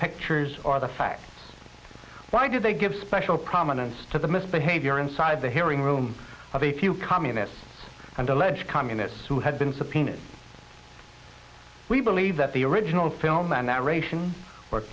pictures or the facts why did they give special prominence to the misbehavior inside the hearing room of a few communists and alleged communists who had been subpoenaed we believe that the original film and that ration